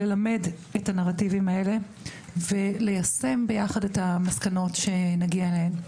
ללמד אותם וליישם ביחד את המסקנות שנגיע אליהן.